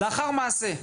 לאחר מעשה?